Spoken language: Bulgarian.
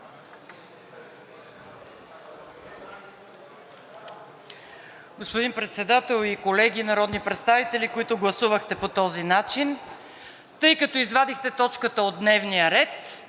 Господин Председател и колеги народни представители, които гласувахте по този начин. Тъй като извадихте точката от дневния ред,